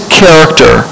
character